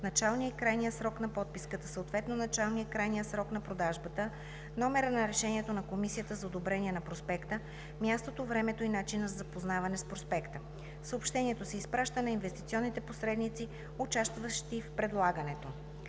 началния и крайния срок на подписката, съответно началния и крайния срок на продажбата, номера на решението на комисията за одобрение на проспекта, мястото, времето и начина за запознаване с проспекта. Съобщението се изпраща на инвестиционните посредници, участващи в предлагането.